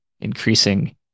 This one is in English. increasing